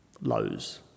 lows